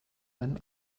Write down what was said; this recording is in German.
einen